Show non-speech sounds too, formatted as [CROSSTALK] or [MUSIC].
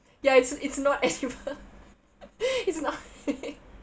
ya it's it's not as simple [LAUGHS] it's not [LAUGHS]